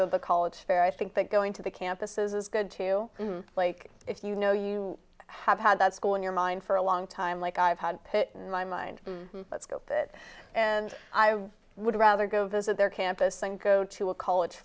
to the college fair i think that going to the campuses is good too like if you know you have had that school in your mind for a long time like i've had in my mind let's go pitt and i would rather go visit their campus and go to a college